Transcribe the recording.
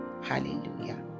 Hallelujah